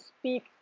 speak